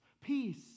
Peace